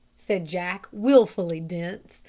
said jack, wilfully dense.